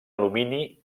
alumini